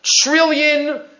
trillion